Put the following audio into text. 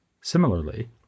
Similarly